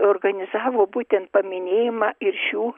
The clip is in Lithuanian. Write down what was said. organizavo būtent paminėjimą ir šių